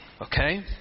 Okay